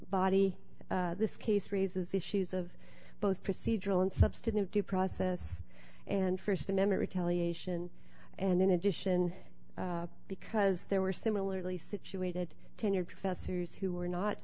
body this case raises issues of both procedural and substantive due process and st a member retaliation and in addition because there were similarly situated tenured professors who were not